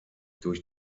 durch